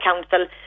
council